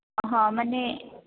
ହଁ ମାନେ